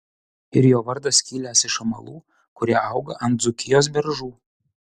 ir jo vardas kilęs iš amalų kurie auga ant dzūkijos beržų